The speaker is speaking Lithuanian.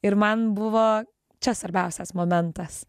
ir man buvo čia svarbiausias momentas